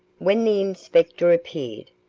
when the inspector appeared,